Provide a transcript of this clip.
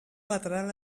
lateral